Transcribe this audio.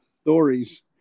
Stories